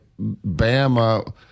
Bama